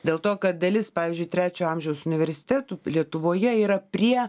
dėl to kad dalis pavyzdžiui trečio amžiaus universitetų lietuvoje yra prie